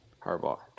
Harbaugh